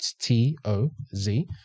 T-O-Z